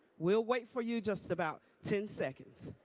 we'll wait for you just about ten seconds.